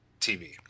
tv